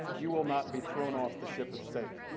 you will not be thrown off the ship of state.